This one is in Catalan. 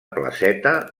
placeta